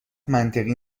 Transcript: منطقی